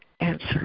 answer